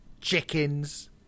chickens